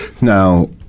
now